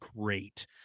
great